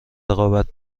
رقابت